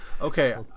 Okay